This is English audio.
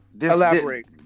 Elaborate